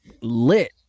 lit